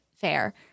fair